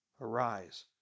Arise